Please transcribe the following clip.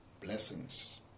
Blessings